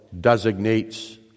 designates